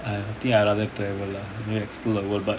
I think I rather travel lah you know explore the world but